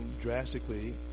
drastically